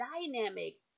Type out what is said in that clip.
dynamic